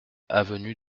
avenue